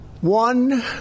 One